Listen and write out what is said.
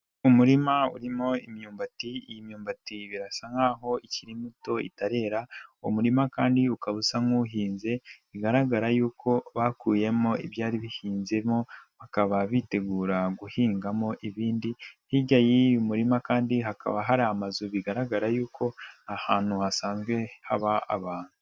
Umurima urimo imyumbati, iyi myumbati birasa nk'aho ikiri muto itarera, umurima kandi ukaba usa nk'uhinze bigaragara y'uko bakuyemo ibyari bihinzemo, bakaba bitegura guhingamo ibindi, hirya y'uyu murima kandi hakaba hari amazu bigaragara y'uko ahantu hasanzwe haba abantu.